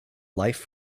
life